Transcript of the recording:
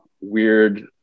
weird